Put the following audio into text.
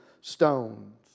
stones